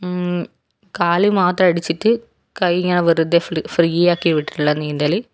കാല് മാത്രം അടിച്ചിട്ട് കൈ ഇങ്ങനെ വെറുതെ ഫ്രീ ഫ്രീ ആക്കി വിട്ടിട്ടുള്ള നീന്തല്